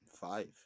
Five